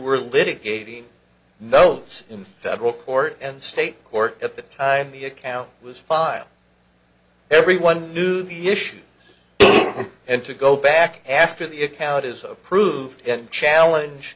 were litigating no say in federal court and state court at the time the account was filed everyone knew the issue and to go back after the account is approved and challenge